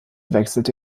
wechselte